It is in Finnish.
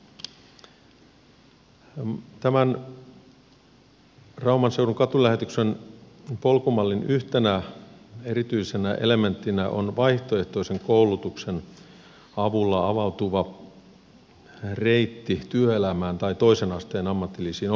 tämän rauman seudun katulähetyksen polkumallin yhtenä erityisenä elementtinä on vaihtoehtoisen koulutuksen avulla avautuva reitti työelämään tai toisen asteen ammatillisiin opintoihin